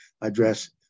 address